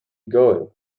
going